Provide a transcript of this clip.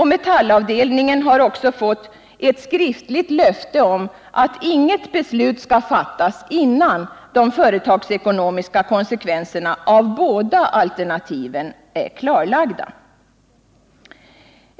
Metallavdelningen har också fått ett skriftligt löfte om att inget beslut skall fattas innan de företagsekonomiska konsekvenserna av båda alternativen är klarlagda.